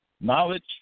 knowledge